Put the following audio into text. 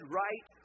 right